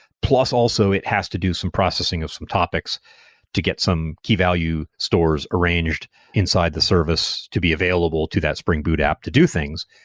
plus also it has to do some processing of some topics to get some key value stores arranged inside the service to be available to that spring boot app to do things.